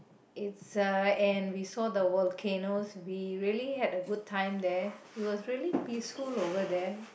it's a and we saw the volcanos we really had a good time there it was really peaceful over there